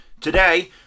Today